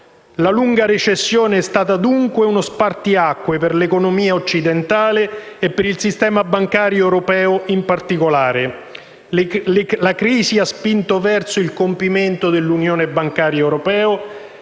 La lunga recessione è stata uno spartiacque per l'economia occidentale e per il sistema bancario europeo, in particolare. La crisi ha spinto verso il compimento dell'unione bancaria europea,